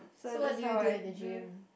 so what do you do at the gym